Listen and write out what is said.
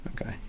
Okay